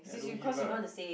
ya don't give lah